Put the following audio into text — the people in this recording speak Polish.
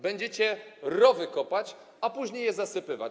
Będziecie rowy kopać, a później je zasypywać.